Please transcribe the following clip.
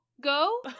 go